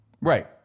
Right